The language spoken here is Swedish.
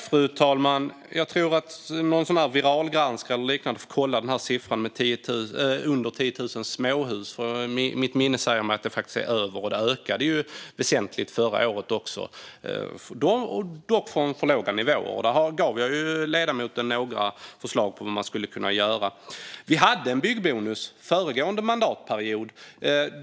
Fru talman! Jag tror att någon som är viralgranskare eller liknande får kolla siffran 10 000 småhus, för mitt minne säger mig att det är mer. Det ökade också väsentligt förra året, dock från alltför låga nivåer. Där gav jag ledamoten några förslag om hur man skulle kunna göra. Vi hade en byggbonus under föregående mandatperiod.